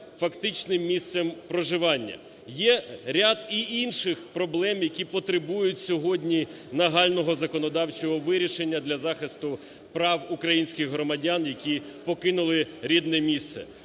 фактичним місцем проживання. Є ряд і інших проблем, які потребують сьогодні нагального законодавчого вирішення для захисту прав українських громадян, які покинули рідне місце.